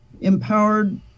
empowered